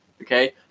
okay